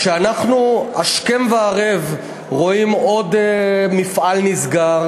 כשאנחנו השכם והערב רואים עוד מפעל נסגר